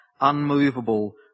unmovable